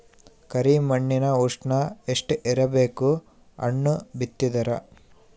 ಕರಿ ಮಣ್ಣಿನ ಉಷ್ಣ ಎಷ್ಟ ಇರಬೇಕು ಹಣ್ಣು ಬಿತ್ತಿದರ?